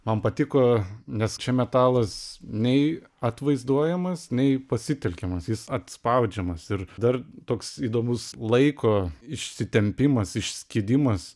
man patiko nes čia metalas nei atvaizduojamas nei pasitelkiamas jis atspaudžiamas ir dar toks įdomus laiko išsitempimas išskydimas